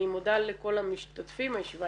אני מודה לכל המשתתפים, הישיבה